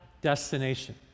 destination